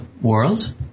world